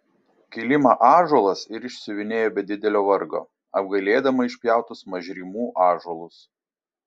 kilimą ąžuolas ir išsiuvinėjo be didelio vargo apgailėdama išpjautus mažrimų ąžuolus